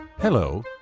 Hello